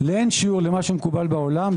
לאין שיעור למה שמקובל בעולם.